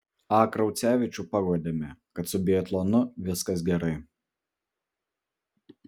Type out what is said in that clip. a kraucevičių paguodėme kad su biatlonu viskas gerai